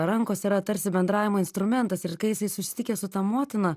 rankos yra tarsi bendravimo instrumentas ir kai jisai susitikęs su ta motina